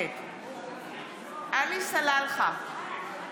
נגד עלי סלאלחה, נגד בצלאל סמוטריץ' בעד